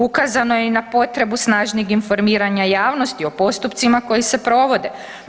Ukazano je i na potrebu snažnijeg informiranja javnosti o postupcima koji se provode.